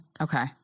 Okay